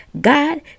God